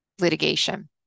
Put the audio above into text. litigation